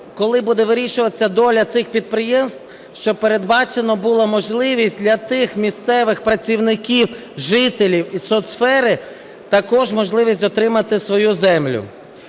коли буде вирішуватися доля цих підприємств, щоб передбачена була можливість для тих місцевих працівників жителів і соцсфери також можливість отримати свою землю.